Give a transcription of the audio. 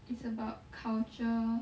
it's about culture